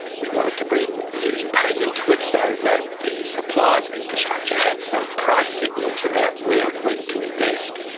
we wanted to bring user-pays into it so that the suppliers of infrastructure had some price signals about where and when to invest.